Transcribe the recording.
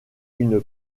une